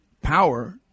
power